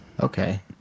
Okay